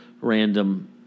random